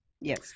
Yes